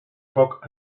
foc